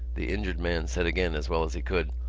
the injured man said again as well as he could.